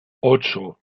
ocho